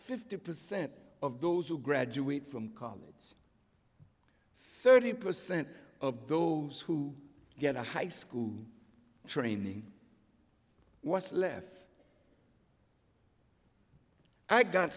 fifty percent of those who graduate from college thirty percent of those who get a high school training was left i got